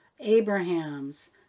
Abraham's